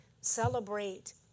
Celebrate